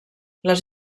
les